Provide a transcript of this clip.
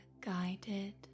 guided